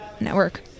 network